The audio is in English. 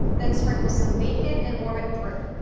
then sprinkle some bacon, and warm it through.